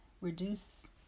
reduce